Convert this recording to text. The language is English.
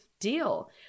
deal